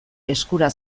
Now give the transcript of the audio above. eskura